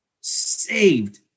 saved